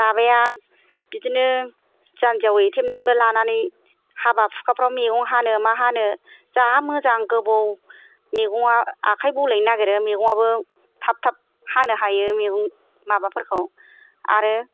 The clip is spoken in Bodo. दाबाया बिदिनो जान्जियाव एथेबनानैबो लानानै हाबा हुखाफ्राव मैगं हानो मा हानो जा मोजां गोबौ मैगङा आखाय बौलायनो नागिरो मैगङाबो थाब थाब हानो हायो मैगं माबाफोरखौ आरो